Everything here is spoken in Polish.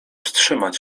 wstrzymać